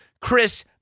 Chris